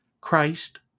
Christ